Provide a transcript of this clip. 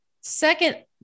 Second